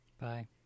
Bye